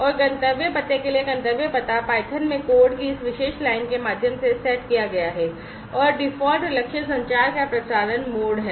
और गंतव्य पते के लिए यह गंतव्य पता python में कोड की इस विशेष लाइन के माध्यम से सेट किया गया है और डिफ़ॉल्ट लक्ष्य संचार का प्रसारण मोड है